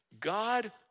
God